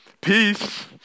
peace